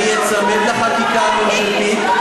אני אצמד לחקיקה הממשלתית,